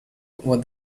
what